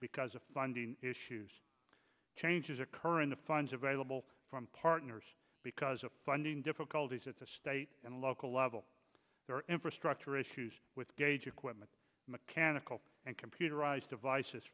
because of funding issues changes occur in the funds available from partners because of funding difficulties at the state and local level there are infrastructure issues with gage equipment mechanical and computerized device